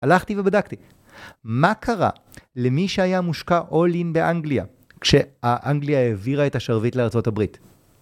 הלכתי ובדקתי, מה קרה למי שהיה מושקע אולין באנגליה כשהאנגליה העבירה את השרביט לארה״ב?